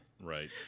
Right